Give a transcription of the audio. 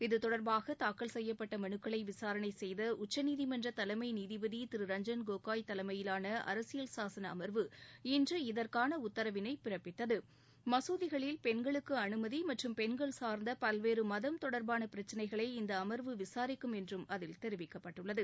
இது தொடர்பாக தாக்கல் செய்யப்பட்ட மனுக்களை விசாரணை செய்த உச்சநீதிமன்ற தலைமை நீதிபதி திரு ரஞ்ஜன் கோகோய் தலைமையிலான அரசியல் சாசன அம்வு இன்று இதற்கான உத்தரவினை பிறப்பித்தத மசூதிகளில் பெண்களுக்கு அனுமதி மற்றும் பெண்கள் சார்ந்த பல்வேறு மதம் தொடர்பாள பிரச்சினைகளை இந்த அமர்வு விசாிக்கும் என்றும் அதில் தெரிவிக்கப்பட்டுள்ளது